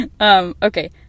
Okay